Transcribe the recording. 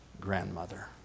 grandmother